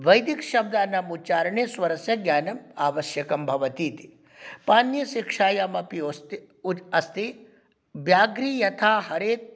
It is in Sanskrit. वैदिकशब्दानाम् उच्चारणे स्वरस्य ज्ञानम् आवश्यकं भवतीति पाणिनीयशिक्षायाम् अपि अस्ति व्याघ्री यथा हरेत्